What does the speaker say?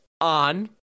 on